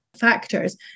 factors